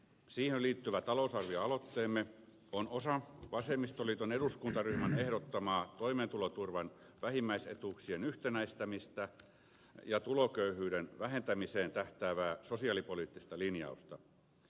siihen liittyvä talousarvioaloitteemme on osa vasemmistoliiton eduskuntaryhmän ehdottamaa toimeentuloturvan vähimmäisetuuksien yhtenäistämistä ja tuloköyhyyden vähentämiseen tähtäävää sosiaalipoliittista linjausta